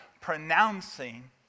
pronouncing